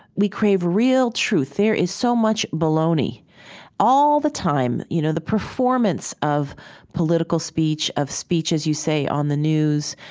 we crave real truth. there is so much baloney all the time. you know the performance of political speech, of speeches you say on the news,